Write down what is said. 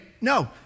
no